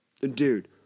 Dude